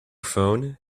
phone